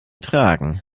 tragen